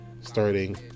starting